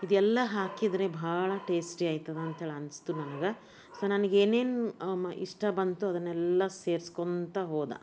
ಇದೆಲ್ಲ ಹಾಕಿದರೆ ಬಹಳ ಟೇಸ್ಟಿ ಆಯ್ತದ ಅಂಥೇಳಿ ಅನ್ನಿಸ್ತು ನನ್ಗೆ ಸೊ ನನ್ಗೇನೇನು ಇಷ್ಟ ಬಂತು ಅದನ್ನೆಲ್ಲ ಸೇರ್ಸ್ಕೊಳ್ತಾ ಹೋದೆ